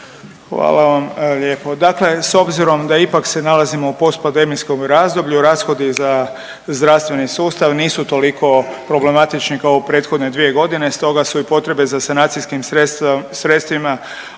Hvala vam lijepo. Dakle, s obzirom da ipak se nalazimo u post pandemijskom razdoblju rashodi za zdravstveni sustav nisu toliko problematični kao u prethodne dvije godine, stoga su i potrebe za sanacijskim sredstvima u